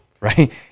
Right